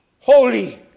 holy